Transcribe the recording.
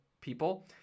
people